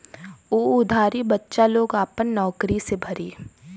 उ उधारी बच्चा लोग आपन नउकरी से भरी